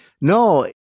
no